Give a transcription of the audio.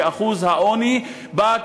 ששיעור העוני בה,